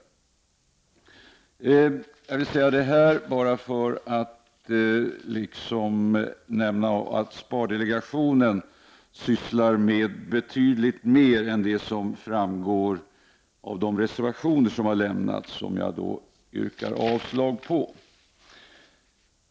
Jag har velat säga detta för att visa att spardelegationen sysslar med betydligt mer än vad som framgår av de reservationer som har avgivits och som jag yrkar avslag på.